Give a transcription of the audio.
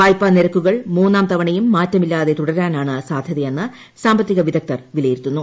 വായ്പാ നിരക്കുകൾ മുന്നാം തവണയും മാറ്റമില്ലാതെ രൻാണ് സാധ്യതയെന്ന് സാമ്പത്തിക വിദഗ്ദ്ധർ വിലയിരുത്തുന്നു